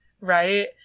right